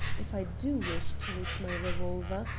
if i do wish to reach my revolver,